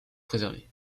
préservées